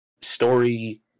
story